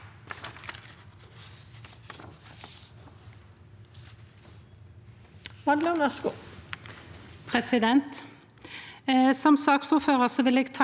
Som saksordførar vil eg takke